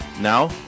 Now